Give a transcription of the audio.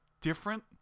different